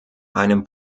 einem